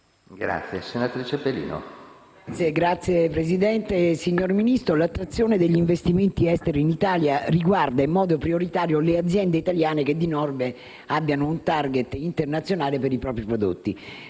ha facoltà. PELINO *(FI-PdL XVII)*. Signor Ministro, l'attrazione degli investimenti esteri in Italia riguarda, in modo prioritario, le aziende italiane che, di norma, abbiano un *target* internazionale per i propri prodotti.